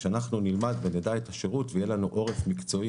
כשאנחנו נלמד את השירות ויהיה לנו עורף מקצועי